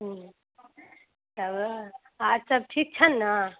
हूँ तब आर सब ठीक छनि ने